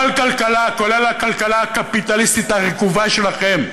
כל כלכלה, כולל הכלכלה הקפיטליסטית הרקובה שלכם,